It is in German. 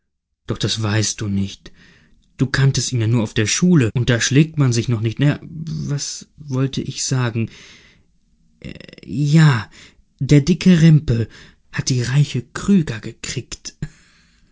schmissen doch das weißt du nicht du kanntest ihn ja nur auf der schule und da schlägt man sich noch nicht ja was wollte ich sagen ja der dicke rempe hat die reiche krüger gekriegt